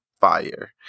fire